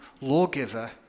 lawgiver